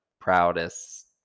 proudest